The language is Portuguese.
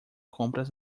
compras